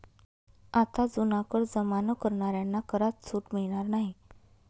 आता जुना कर जमा न करणाऱ्यांना करात सूट मिळणार नाही